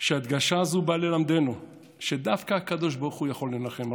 שהדגשה זו באה ללמדנו שדווקא הקדוש ברוך הוא יכול לנחם,